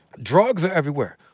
drugs are everywhere,